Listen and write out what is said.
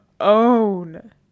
own